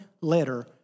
letter